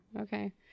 Okay